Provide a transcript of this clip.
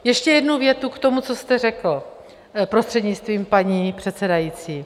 Ještě jednu větu k tomu, co jste řekl, prostřednictvím paní předsedající.